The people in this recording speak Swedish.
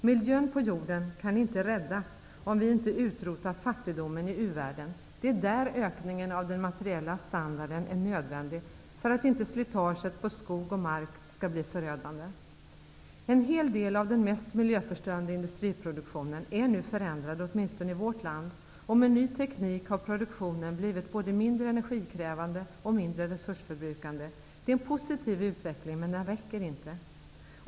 Miljön på jorden kan inte räddas om vi inte utrotar fattigdomen i uvärlden. Det är där ökningen av den materiella standarden är nödvändig för att inte slitaget på skog och mark skall bli förödande. En hel del av den mest miljöförstörande industriproduktionen är nu förändrad, åtminstone i vårt land, och med ny teknik har produktionen blivit både mindre energikrävande och mindre resursförbrukande. Det är en positiv utveckling, men den räcker inte.